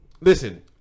listen